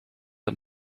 een